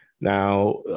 Now